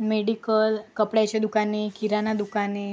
medical कपड्याचे दुकाने किराणा दुकाने